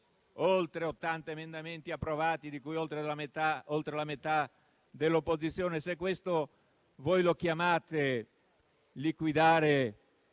ottanta emendamenti approvati, di cui oltre la metà dell'opposizione. Se questo voi lo chiamate liquidare